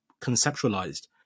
conceptualized